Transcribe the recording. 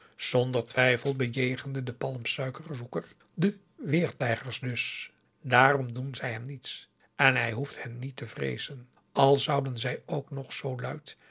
zonder twijfel bejegende de palmsuiker zoeker de weertijgers dus daarom augusta de wit orpheus in de dessa doen zij hem niets en hij hoeft hen niet te vreezen al zouden zij ook nog zoo luid